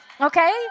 okay